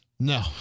No